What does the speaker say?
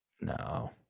No